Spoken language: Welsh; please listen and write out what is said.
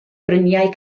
bryniau